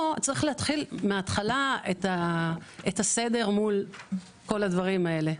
פה צריך להתחיל מההתחלה את הסדר מול כל הדברים האלה.